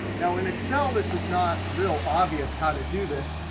now, in excel, this is not real obvious how to do this,